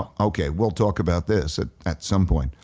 ah okay, we'll talk about this at at some point.